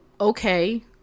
okay